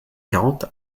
quarante